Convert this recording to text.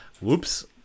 whoops